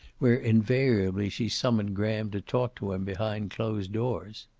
where invariably she summoned graham to talk to him behind closed doors.